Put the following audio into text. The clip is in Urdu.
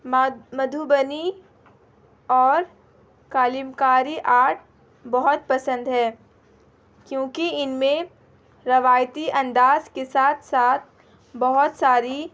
مد مدھوبنی اور قلم کاری آرٹ بہت پسند ہے کیونکہ ان میں روایتی انداز کے ساتھ ساتھ بہت ساری